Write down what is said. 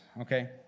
okay